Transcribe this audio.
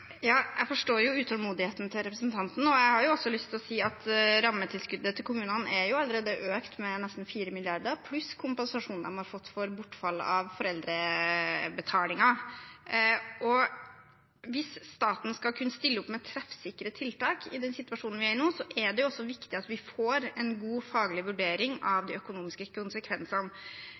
Jeg forstår utålmodigheten til representanten, og jeg har også lyst til å si at rammetilskuddene til kommunene allerede er økt med nesten 4 mrd. kr, pluss kompensasjonen de har fått for bortfall av foreldrebetalingen. Hvis staten skal kunne stille opp med treffsikre tiltak i den situasjonen vi er i nå, er det også viktig at vi får en god faglig vurdering av de økonomiske konsekvensene.